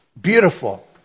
beautiful